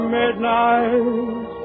midnight